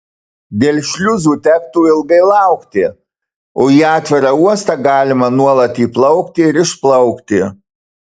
dėl šliuzų tektų ilgai laukti o į atvirą uostą galima nuolat įplaukti ir išplaukti